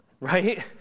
Right